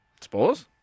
suppose